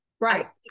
right